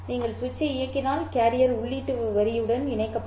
நீங்கள் சுவிட்சை இயக்கினால் கேரியர் உள்ளீட்டு வரியுடன் இணைக்கப்படும்